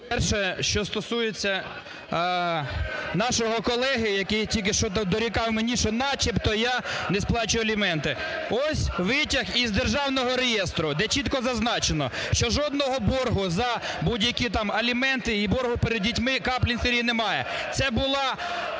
Перше, що стосується нашого колеги, який тільки що дорікав мені, що начебто я не сплачую аліменти. (Шум в залі) Ось витяг із державного реєстру, де чітко зазначено, що жодного боргу за будь-які там аліменти і боргу перед дітьми Каплін Сергій не має. Це була